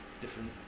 different